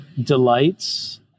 delights